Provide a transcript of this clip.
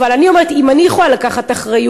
אבל אני אומרת: אם אני יכולה לקחת אחריות,